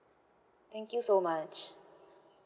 thank you so much